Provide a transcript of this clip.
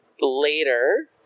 later